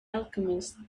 alchemist